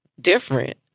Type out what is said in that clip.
different